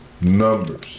numbers